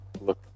Look